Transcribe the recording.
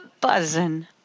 buzzing